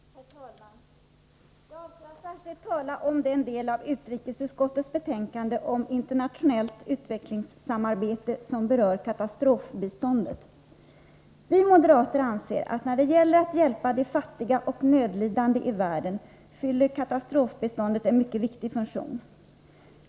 Herr talman! Jag avser att särskilt tala om den del av utrikesutskottets betänkande om internationellt utvecklingssamarbete som berör katastrofbiståndet. Vi moderater anser att när det gäller att hjälpa de fattiga och nödlidande i världen fyller katastrofbiståndet en mycket viktig funktion.